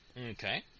Okay